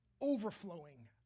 overflowing